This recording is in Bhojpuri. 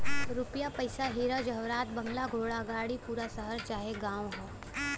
रुपिया पइसा हीरा जवाहरात बंगला घोड़ा गाड़ी पूरा शहर चाहे गांव हौ